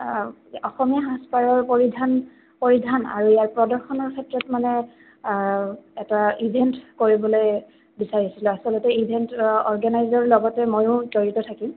অসমীয়া সাজপাৰৰ পৰিধান পৰিধান আৰু ইয়াৰ প্ৰদৰ্শনৰ ক্ষেত্ৰত মানে এটা ইভেণ্ট কৰিবলৈ বিচাৰিছিলোঁ আচলতে ইভেণ্ট অৰ্গেনাইজৰৰ লগতে ময়ো জড়িত থাকিম